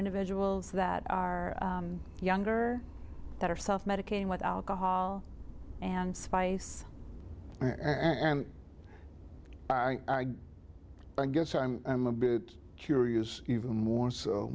individuals that are younger that are self medicating with alcohol and spice and i guess i'm i'm a bit curious even more so